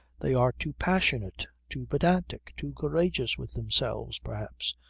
they are too passionate. too pedantic. too courageous with themselves perhaps.